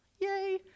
yay